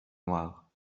noirs